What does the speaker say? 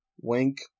Wink